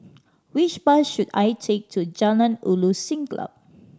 which bus should I take to Jalan Ulu Siglap